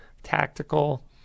tactical